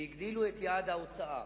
שהגדילו את יעד ההוצאה